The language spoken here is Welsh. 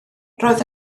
roedd